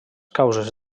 causes